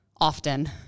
often